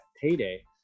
payday